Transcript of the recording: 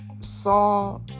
saw